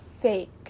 fake